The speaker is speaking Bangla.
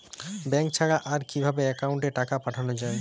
ব্যাঙ্ক ছাড়া আর কিভাবে একাউন্টে টাকা পাঠানো য়ায়?